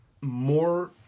more